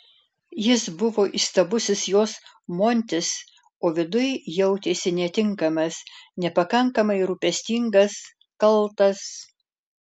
jis buvo įstabusis jos montis o viduj jautėsi netinkamas nepakankamai rūpestingas kaltas